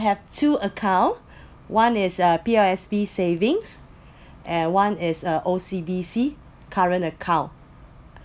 I have two account one is uh P_O_S_B savings and one is uh O_C_B_C current account